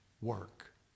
work